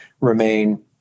remain